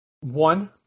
One